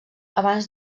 abans